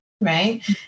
Right